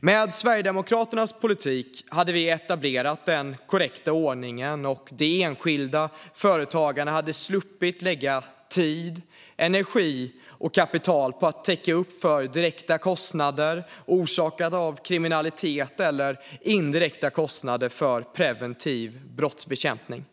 Med Sverigedemokraternas politik hade vi etablerat den korrekta ordningen, och de enskilda företagarna hade sluppit lägga tid, energi och kapital på att täcka upp för direkta kostnader orsakade av kriminalitet eller indirekta kostnader för preventiv brottsbekämpning.